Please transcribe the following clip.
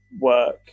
work